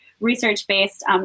research-based